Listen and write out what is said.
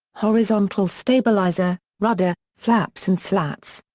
horizontal stabilizer, rudder, flaps and slats.